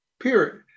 period